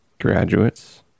graduates